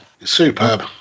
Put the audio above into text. superb